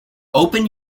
open